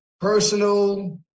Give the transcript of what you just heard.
personal